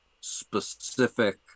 specific